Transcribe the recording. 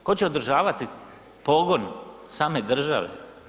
Tko će održavati pogon same države?